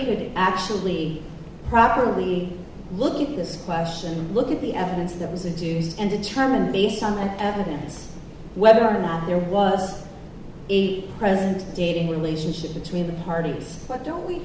could actually properly we look at this question look at the evidence that was a doozy and determined based on evidence whether or not there was present dating relationship between the parties but don't we